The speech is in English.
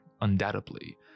undoubtedly